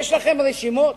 יש לכם רשימות?